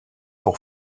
pour